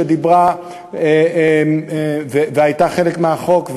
שדיברה והייתה חלק מהחוק,